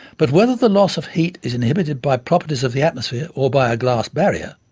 but whether the loss of heat is inhibited by properties of the atmosphere or by a glass barrier,